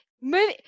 move